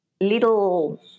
little